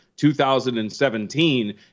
2017